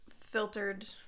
filtered